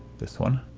this one?